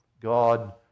God